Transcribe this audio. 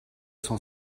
sans